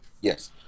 Yes